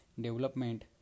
Development